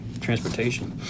transportation